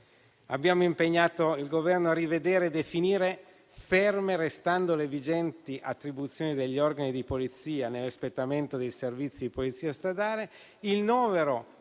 Abbiamo impegnato il Governo a rivedere e definire, ferme restando le vigenti attribuzioni degli organi di polizia nell'espletamento dei servizi di polizia stradale, il novero